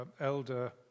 elder